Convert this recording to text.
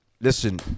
Listen